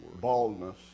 baldness